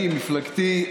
אני, מפלגתי.